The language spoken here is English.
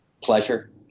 pleasure